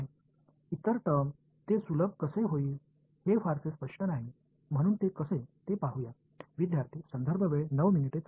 நான் ஒரு டெல்டா செயல்பாட்டை ஒருங்கிணைத்து வருகிறேன் இது வெளிப்பாடு என்று எளிமைப்படுத்தக்கூடும்